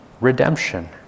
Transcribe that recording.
redemption